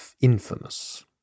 infamous